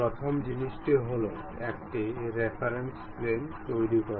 প্রথম জিনিসটি হল একটি রেফারেন্স প্লেন তৈরি করা